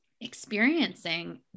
experiencing